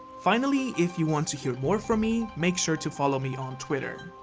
finally, if you want to hear more from me, make sure to follow me on twitter.